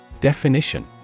Definition